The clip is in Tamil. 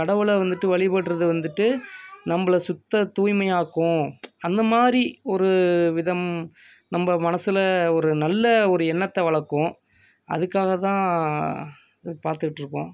கடவுளை வந்துட்டு வழிபட்றது வந்துட்டு நம்மள சுத்தத் தூய்மையாக்கும் அந்த மாதிரி ஒரு விதம் நம்ம மனசில் ஒரு நல்ல ஒரு எண்ணத்தை வளர்க்கும் அதுக்காக தான் பார்த்துட்டு இருக்கோம்